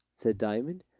said diamond,